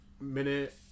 minute